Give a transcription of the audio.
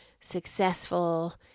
successful